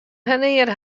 wannear